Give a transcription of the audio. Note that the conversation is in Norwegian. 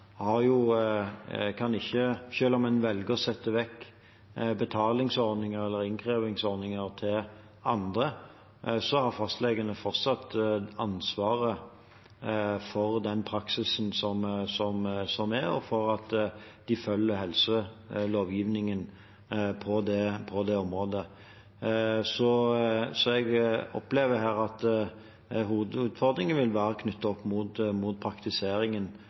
velger å sette bort betalings- eller innkrevingsordninger til andre, fortsatt har ansvaret for den praksisen som er, og for at de følger helselovgivningen på det området. Så her opplever jeg at hovedutfordringen vil være knyttet opp mot praktiseringen